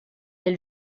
elle